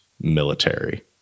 military